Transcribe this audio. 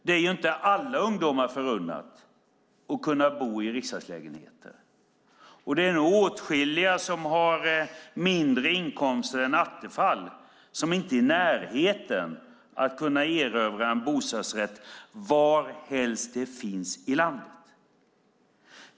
Det är inte alla ungdomar förunnat att kunna bo i riksdagslägenheter, och det är nog åtskilliga som har mindre inkomster än Attefall, som inte är i närheten av att kunna erövra en bostadsrätt var helst den finns i landet.